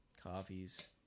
Coffees